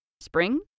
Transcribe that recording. Spring